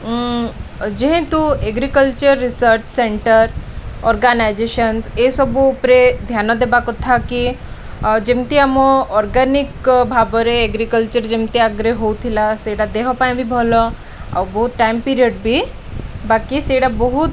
ଯେହେତୁ agriculture research centre organisations ଏସବୁ ଉପରେ ଧ୍ୟାନ ଦେବା କଥା କି ଯେମିତି ଆମ ଅର୍ଗାନିକ ଭାବରେ ଏଗ୍ରିକଲଚର ଯେମିତି ଆଗେରେ ହଉଥିଲା ସେଇଟା ଦେହ ପାଇଁ ବି ଭଲ ଆଉ ବହୁତ ଟାଇମ୍ ପିରିଅଡ଼ ବି ବାକି ସେଇଟା ବହୁତ